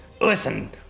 listen